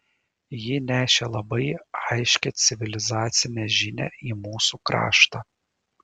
ji nešė labai aiškią civilizacinę žinią į mūsų kraštą